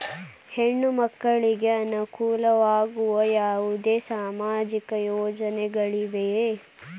ಹೆಣ್ಣು ಮಕ್ಕಳಿಗೆ ಅನುಕೂಲವಾಗುವ ಯಾವುದೇ ಸಾಮಾಜಿಕ ಯೋಜನೆಗಳಿವೆಯೇ?